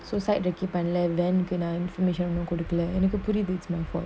பண்ணல:pannala information கொடுக்கலஎனக்குபுரியுது:kodukala enaku puriuthu could it be my fault